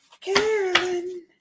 Carolyn